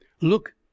Look